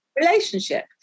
relationship